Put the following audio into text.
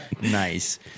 Nice